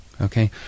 Okay